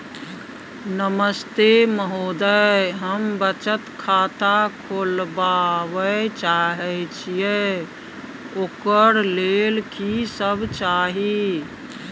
नमस्ते महोदय, हम बचत खाता खोलवाबै चाहे छिये, ओकर लेल की सब चाही?